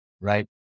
right